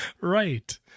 Right